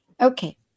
Okay